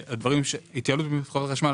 התייעלות בחברת החשמל,